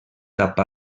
cap